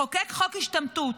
לחוקק חוק השתמטות